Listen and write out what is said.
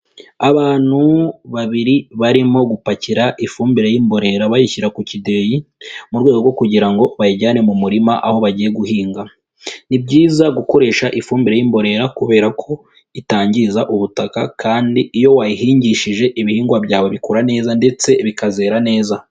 Abantu babiri barimo gupakira ifumbire y'imborera bayishyira ku kideyi mu rwego rwo kugira ngo bayijyane mu murima aho bagiye guhinga, ni byiza gukoresha ifumbire y'imbonerera kubera ko itangiriza ubutaka kandi iyo wayihingishije ibihingwa byawe bikura neza ndetse bikazera neza.